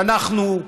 שאנחנו,